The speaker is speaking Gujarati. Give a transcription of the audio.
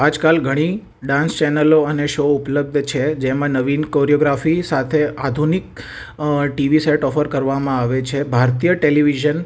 આજકાલ ઘણી ડાન્સ ચેનલો અને શૉ ઉપલબ્ધ છે જેમાં નવીન કોરિયોગ્રાફી સાથે આધુનિક ટીવી સેટ ઓફર કરવામાં આવે છે ભારતીય ટેલિવિઝન